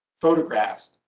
photographs